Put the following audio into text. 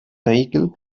regel